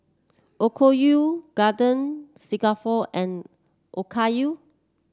Okayu Garden Stroganoff and Okayu